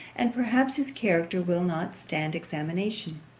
and perhaps whose character will not stand examination?